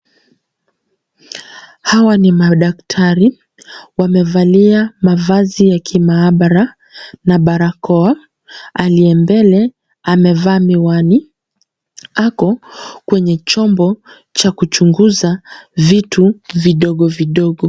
Hawa ni madaktari, wamevalia mavazi ya kimaabara na barakoa, aliye mbele amevaa miwani, ako kwenye chombo cha kuchunguza vitu vidogo vidogo.